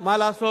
מה לעשות?